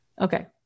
Okay